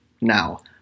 now